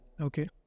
Okay